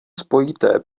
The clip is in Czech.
spojité